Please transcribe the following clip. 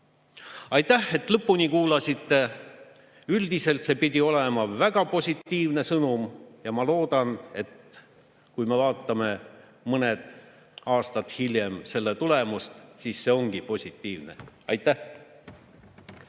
Aitäh, et lõpuni kuulasite! Üldiselt pidi see olema väga positiivne sõnum. Ma loodan, et kui me vaatame mõned aastad hiljem selle tulemust, siis selgub, et see ongi positiivne. Aitäh!